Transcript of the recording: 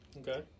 Okay